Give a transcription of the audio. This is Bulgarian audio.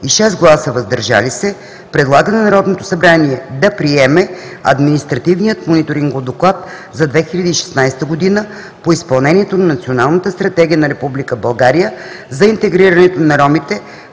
и 6 гласа – „въздържали се“, предлага на Народното събрание да приеме Административен мониторингов доклад за 2016 г. по изпълнението на Националната стратегия на Република България за интегрирането на ромите